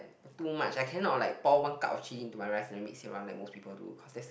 too much I cannot like pour one cup of chili into my rice and mix it up like most people do that's